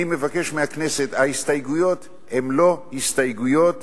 אני מבקש מהכנסת, ההסתייגויות הן לא הסתייגויות